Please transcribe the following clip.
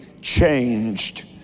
changed